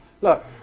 Look